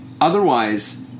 otherwise